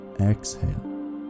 Exhale